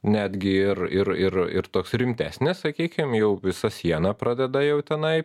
netgi ir ir ir ir toks rimtesnis sakykim jau visą sieną pradeda jau tenai